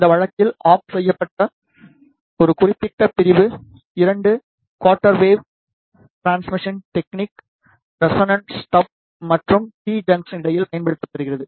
இந்த வழக்கில் ஆப் செய்ய ஒரு குறிப்பிட்ட பிரிவு 2 quarter wave transformation technique resonant stub மற்றும் டி ஜங்சன்க்கு இடையில் பயன்படுத்தப்படுகிறது